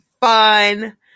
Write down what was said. fun